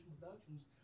Productions